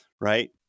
right